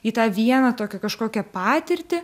į tą vieną tokią kažkokią patirtį